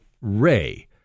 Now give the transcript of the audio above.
Ray